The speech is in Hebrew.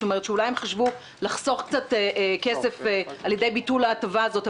אולי הם חשבו לחסוך קצת כסף על ידי ביטול ההטבה הזאת.